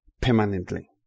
permanently